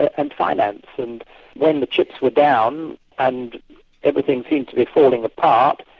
and finance, and when the chips were down and everything seemed to be falling apart,